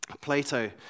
Plato